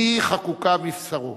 והיא חקוקה בבשרו,